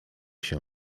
się